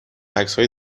عکسهای